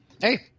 hey